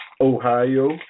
Ohio